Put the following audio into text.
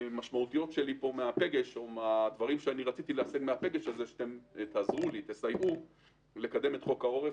משמעותיות שלי מהמפגש הזה, היא לקדם את חוק העורף.